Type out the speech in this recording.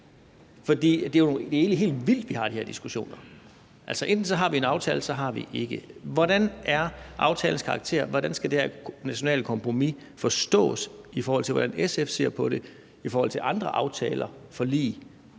For det er jo egentlig helt vildt, at vi har de her diskussioner. Altså, enten har vi en aftale, eller også har vi ikke. Hvordan er aftalens karakter? Hvordan skal det her nationale kompromis forstås, i forhold til hvordan SF ser på det, i forhold til andre aftaler, forlig,